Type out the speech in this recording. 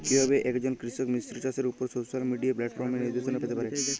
কিভাবে একজন কৃষক মিশ্র চাষের উপর সোশ্যাল মিডিয়া প্ল্যাটফর্মে নির্দেশনা পেতে পারে?